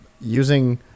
using